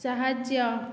ସାହାଯ୍ୟ